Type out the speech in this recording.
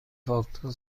فاکتور